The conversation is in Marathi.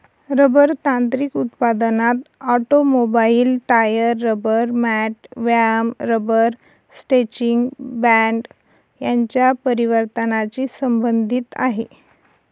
रबर तांत्रिक उत्पादनात ऑटोमोबाईल, टायर, रबर मॅट, व्यायाम रबर स्ट्रेचिंग बँड यांच्या परिवर्तनाची संबंधित आहे